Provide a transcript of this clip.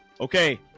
Okay